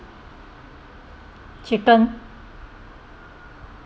chicken